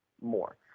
more